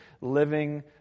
living